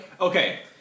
Okay